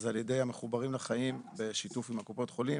אז על ידי ׳מחוברים לחיים׳ ובשיתוף עם קופות החולים,